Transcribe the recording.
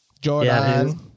Jordan